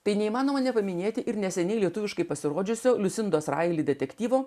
tai neįmanoma nepaminėti ir neseniai lietuviškai pasirodžiusio liusindos raili detektyvo